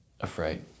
afraid